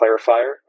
clarifier